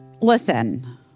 listen